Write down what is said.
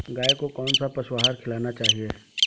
गाय को कौन सा पशु आहार खिलाना चाहिए?